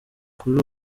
kuri